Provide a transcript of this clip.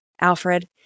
Alfred